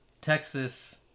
Texas